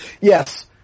Yes